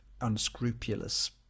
unscrupulous